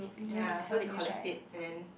ya so they collect it and then